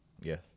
Yes